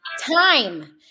Time